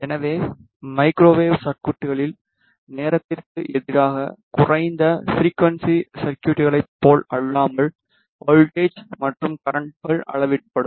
எனவே மைக்ரோவேவ் சர்குய்ட்களில் நேரத்திற்கு எதிராக குறைந்த ஃபிரிக்குவன்ஸி சர்குய்ட்களைப் போல் அல்லாமல் வோல்ட்டேஜ் மற்றும் கரண்ட்கள் அளவிடப்படும்